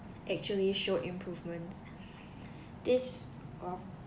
actually showed improvements this of